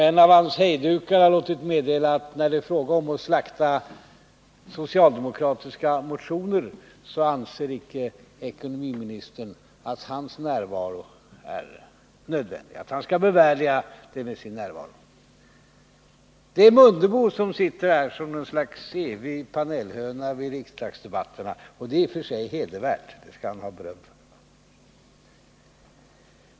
En av hans hejdukar har låtit meddela att när det är fråga om att slakta socialdemokratiska motioner anser icke ekonomiministern att hans närvaro är nödvändig, att han skall bevärdiga debatten med sin närvaro. Det är bara Ingemar Mundebo som sitter här som något slags evig panelhöna vid riksdagsdebatterna. Det är i och för sig hedervärt, och det skall han ha beröm för.